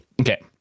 okay